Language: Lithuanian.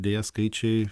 deja skaičiai